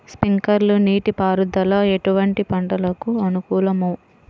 Sprinkler నీటిపారుదల ఎటువంటి పంటలకు అనుకూలము?